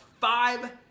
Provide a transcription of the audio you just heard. five